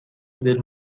del